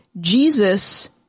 Jesus